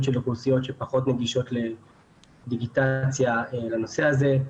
של אוכלוסיות שפחות נגישות לדיגיטציה בנושא הזה,